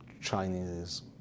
Chinese